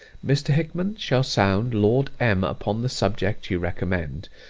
mr. hickman shall sound lord m. upon the subject you recommend.